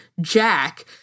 Jack